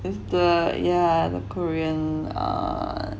is the yeah the korean ah